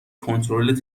کنترل